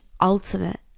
ultimate